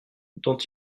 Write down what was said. dont